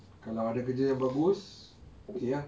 kalau ada kerja yang bagus okay ah